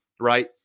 Right